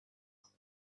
asked